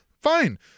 fine